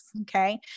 Okay